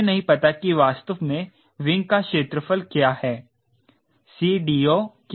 मुझे नहीं पता कि वास्तव में विंग का क्षेत्रफल क्या है 𝐶DO क्या है